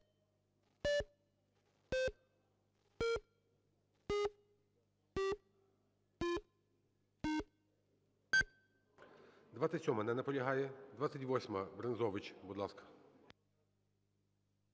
27-а. Не наполягає. 28-а, Брензович. Будь ласка.